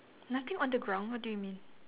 nothing on the ground what do you mean